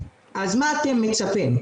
אז מה אתם מצפים?